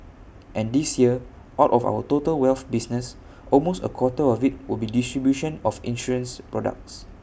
and this year out of our total wealth business almost A quarter of IT will be distribution of insurance products